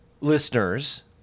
listeners